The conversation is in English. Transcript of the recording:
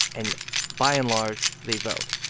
and by and large, they vote.